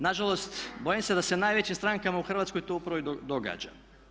Na žalost, bojim se da se najvećim strankama u Hrvatskoj to upravo i događa.